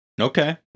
Okay